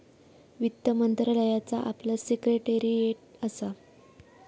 वित्त मंत्रालयाचा आपला सिक्रेटेरीयेट असा